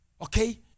Okay